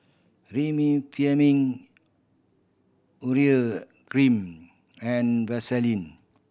Remifemin Urea Cream and Vaselin